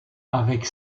avec